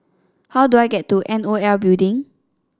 how do I get to N O L Building